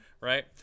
right